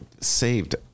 saved